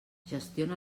gestiona